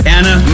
Anna